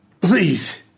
Please